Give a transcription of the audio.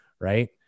right